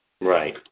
Right